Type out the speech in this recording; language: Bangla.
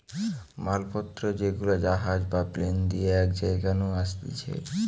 মাল পত্র যেগুলা জাহাজ বা প্লেন দিয়ে এক জায়গা নু আসতিছে